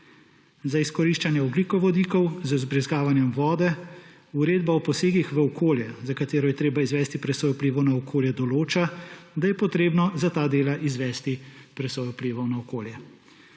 Za izkoriščanje ogljikovodikov z vbrizgavanjem vode Uredba o posegih v okolje, za katero je treba izvesti presojo vplivov na okolje, določa, da je potrebno za ta dela izvesti presojo vplivov na okolje.